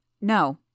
No